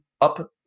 up